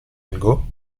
algo